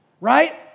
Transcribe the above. Right